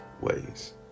ways